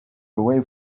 away